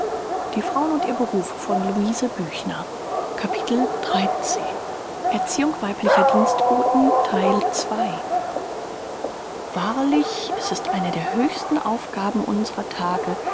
ließ wahrlich es ist eine der höchsten aufgaben unserer tage